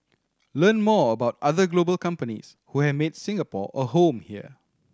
learn more about other global companies who have made Singapore a home here